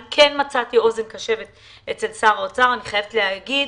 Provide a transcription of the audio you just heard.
מצאתי אוזן קשבת אצל שר אוצר, אני חייבת להגיד,